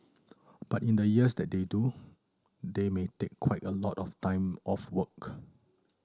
but in the years that they do they may take quite a lot of time off work